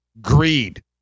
greed